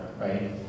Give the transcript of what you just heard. right